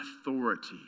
authority